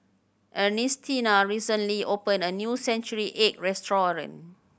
Ernestina recently opened a new century egg restaurant